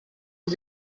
sie